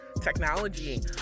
technology